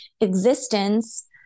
existence